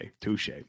Touche